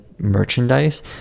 merchandise